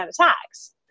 attacks